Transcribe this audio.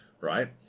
right